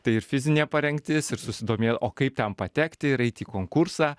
tai ir fizinė parengtis ir susidomė o kaip ten patekti ir eit į konkursą